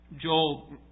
Joel